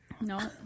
No